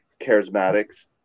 charismatics